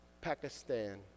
Pakistan